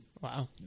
wow